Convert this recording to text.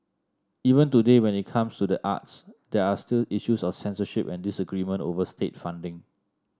even today when it comes to the arts there are still issues of censorship and disagreement over state funding